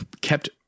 kept